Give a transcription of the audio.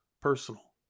personal